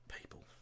people